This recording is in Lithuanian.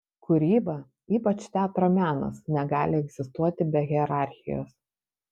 kūryba ypač teatro menas negali egzistuoti be hierarchijos